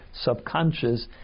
subconscious